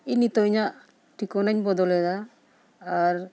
ᱤᱧ ᱱᱤᱛᱳᱜ ᱤᱧᱟᱹᱜ ᱴᱷᱤᱠᱟᱹᱱᱟᱧ ᱵᱚᱫᱚᱞᱮᱫᱟ ᱟᱨ